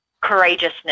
courageousness